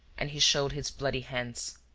and he showed his bloody hands.